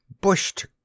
bushed